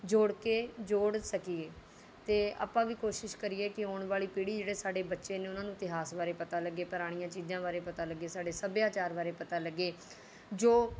ਜੋੜ ਕੇ ਜੋੜ ਸਕੀਏ ਅਤੇ ਆਪਾਂ ਵੀ ਕੋਸ਼ਿਸ਼ ਕਰੀਏ ਕਿ ਆਉਣ ਵਾਲੀ ਪੀੜ੍ਹੀ ਜਿਹੜੇ ਸਾਡੇ ਬੱਚੇ ਨੇ ਉਹਨਾਂ ਨੂੰ ਇਤਿਹਾਸ ਬਾਰੇ ਪਤਾ ਲੱਗੇ ਪੁਰਾਣੀਆਂ ਚੀਜ਼ਾਂ ਬਾਰੇ ਪਤਾ ਲੱਗੇ ਸਾਡੇ ਸੱਭਿਆਚਾਰ ਬਾਰੇ ਪਤਾ ਲੱਗੇ ਜੋ